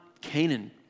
Canaan